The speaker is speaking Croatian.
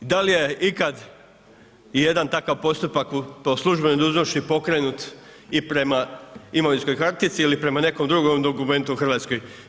Da li je ikad i jedan takav postupak po službenoj dužnosti pokrenut i prema imovinskoj kartici ili prema nekom drugom dokumentu u Hrvatskoj?